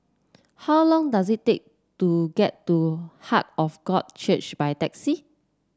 how long does it take to get to Heart of God Church by taxi